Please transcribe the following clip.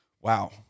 wow